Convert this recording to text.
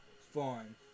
fun